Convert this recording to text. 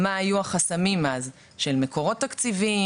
מה היו החסמים אז של מקורות תקציביים,